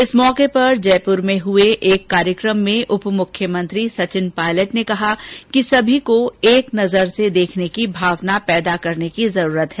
इस अवसर पर जयपुर में आयोजित हुए एक कार्यक्रम में उप मुख्यमंत्री सचिन पायलट ने कहा कि सबको एक नजर से देखने की भावना पैदा करने की जरूरत है